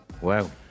Wow